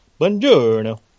Buongiorno